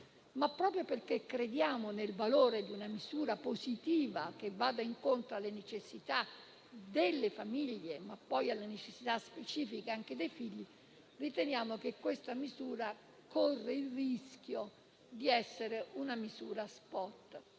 Proprio perché crediamo nel valore di una misura positiva che vada incontro alle necessità delle famiglie e a quella specifica dei figli, riteniamo che questa corra il rischio di essere una misura *spot*.